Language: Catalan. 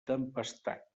tempestat